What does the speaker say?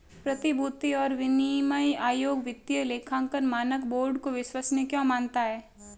प्रतिभूति और विनिमय आयोग वित्तीय लेखांकन मानक बोर्ड को विश्वसनीय क्यों मानता है?